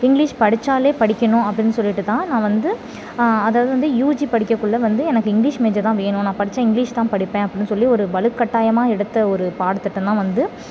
English படித்தாலே படிக்கணும் அப்டின்னு சொல்லிவிட்டுதான் நான் வந்து அதாவது வந்து யூஜி படிக்கக்குள்ள வந்து எனக்கு இங்கிலிஷ் மேஜர்தான் வேணும் நான் படித்தா இங்கிலிஷ்தான் படிப்பேன் அப்படினு சொல்லி ஒரு வலுக்கட்டாயமாக எடுத்த ஒரு பாடத்திட்டம் தான் வந்து